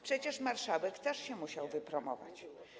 Przecież marszałek też się musiał wypromować.